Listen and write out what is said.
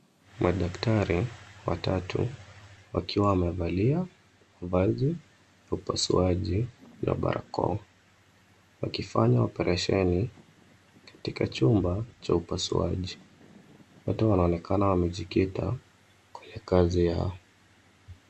Madaktari watatu wakiwa wamevalia mavazi ya upasuaji na barakoa wakifanya oparesheni katika chumba cha upasuaji. Wote wanaonekana wamejikita kwenye kazi yao.